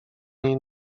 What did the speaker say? niej